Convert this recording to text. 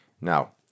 Now